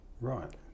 Right